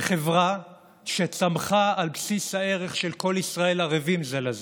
וחברה שצמחה על בסיס הערך של כל ישראל ערבים זה לזה,